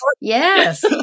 yes